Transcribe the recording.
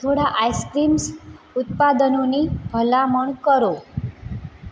થોડા આઈસક્રીમ્સ ઉત્પાદનોની ભલામણ કરો